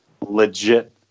legit